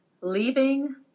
leaving